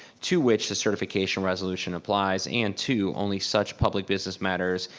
to which the certification resolution applies. and two, only such public business matters,